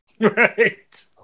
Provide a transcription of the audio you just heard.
Right